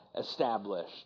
established